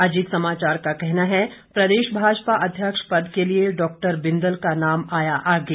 अजीत समाचार का कहना है प्रदेश भाजपा अध्यक्ष पद के लिए डा बिदल का नाम आया आगे